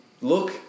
look